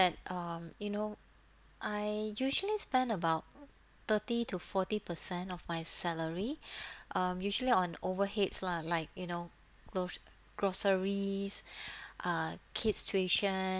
um you know I usually spend about thirty to forty percent of my salary um usually on overheads lah like you know glos~ groceries uh kids' tuition